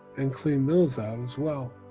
and clean those out as well.